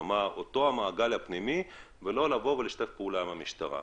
כלומר אותו מעגל פנימי ולא לשתף פעולה עם המשטרה.